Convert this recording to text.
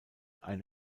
eine